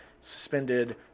suspended